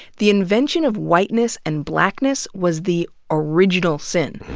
the invention of whiteness and blackness was the original sin,